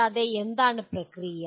കൂടാതെ എന്താണ് പ്രക്രിയ